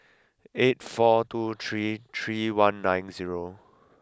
eight four two three three one nine zero